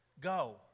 Go